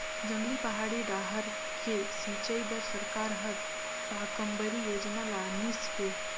जंगली, पहाड़ी डाहर के सिंचई बर सरकार हर साकम्बरी योजना लानिस हे